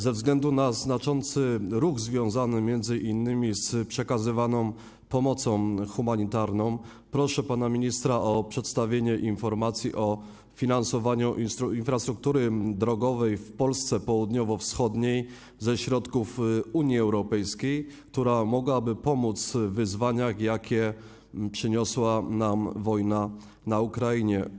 Ze względu na znaczący ruch związany m.in. z przekazywaną pomocą humanitarną proszę pana ministra o przedstawienie informacji o finansowaniu infrastruktury drogowej w Polsce południowo-wschodniej ze środków Unii Europejskiej, która mogłaby pomóc w wyzwaniach, jakie przyniosła nam wojna na Ukrainie.